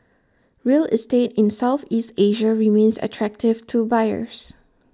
real estate in Southeast Asia remains attractive to buyers